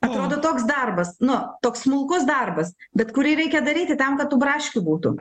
atrodo toks darbas nu toks smulkus darbas bet kurį reikia daryti tam kad tų braškių būtų